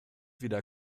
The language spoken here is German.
wieder